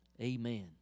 Amen